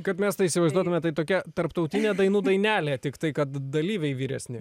kad mes tai įsivaizduotume tai tokia tarptautinė dainų dainelė tiktai kad dalyviai vyresni